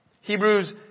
Hebrews